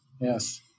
Yes